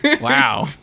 Wow